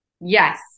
Yes